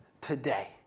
today